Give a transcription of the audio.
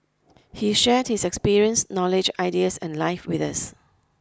he shared his experience knowledge ideas and life with us